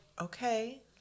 okay